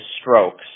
strokes